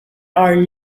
are